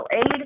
aid